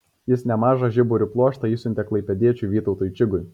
jis nemažą žiburių pluoštą išsiuntė klaipėdiečiui vytautui čigui